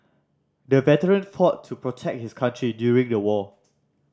the veteran fought to protect his country during the war